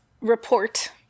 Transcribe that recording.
report